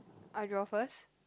I draw first